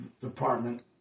department